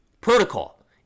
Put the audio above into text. protocol